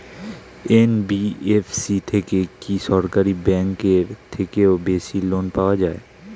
NBFC থেকে কি সরকারি ব্যাংক এর থেকেও বেশি লোন পাওয়া যায়?